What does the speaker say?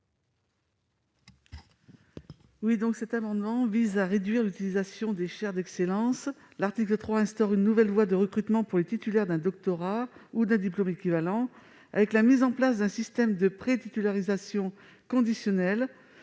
Guidez. Cet amendement vise à réduire l'utilisation des « chaires d'excellence ». L'article 3 instaure une nouvelle voie de recrutement pour les titulaires d'un doctorat ou d'un diplôme équivalent avec la mise en place d'un système de prétitularisation conditionnelle.